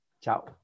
Ciao